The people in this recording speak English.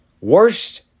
Worst